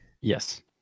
Yes